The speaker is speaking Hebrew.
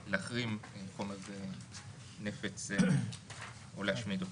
של הוראה להחרים חומר נפץ או להשמיד אותו.